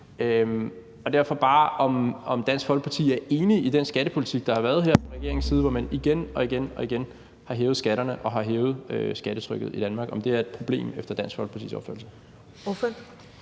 jeg bare spørge, om Dansk Folkeparti er enige i den skattepolitik, der har været her fra regeringens side, hvor man igen og igen har hævet skatterne og har hævet skattetrykket i Danmark. Er det et problem efter Dansk Folkepartis opfattelse?